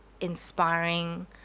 inspiring